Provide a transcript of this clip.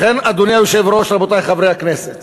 לכן, אדוני היושב-ראש, רבותי חברי הכנסת,